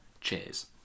Cheers